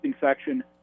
section